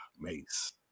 mace